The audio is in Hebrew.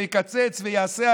ויקצץ ויעשה,